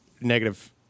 negative –